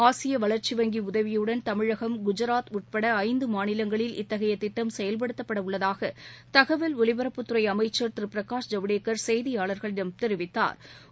ஆசிய வளர்ச்சி வங்கி உதவியுடன் தமிழகம் குஜாத் உட்பட ஐந்து மாநிலங்களில் இத்தகைய திட்டம் செயல்படுத்தப்பட உள்ளதாக தகவல் ஒலிபரப்புத்துறை அமைச்சர் திரு பிரகாஷ் ஜவடேக்கள் செய்தியாள்களிடம் தெரிவித்தாா்